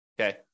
okay